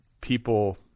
people